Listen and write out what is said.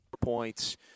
points